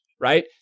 right